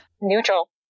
Neutral